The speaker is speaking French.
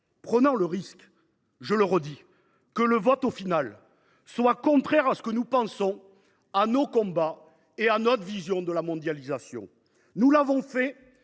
prenant le risque – je le redis – que le vote final soit contraire à notre position, à nos combats et à notre vision de la mondialisation. Nous l’avons fait,